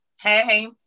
Hey